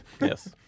Yes